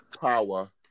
power